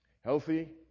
healthy